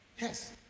Yes